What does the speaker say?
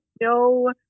no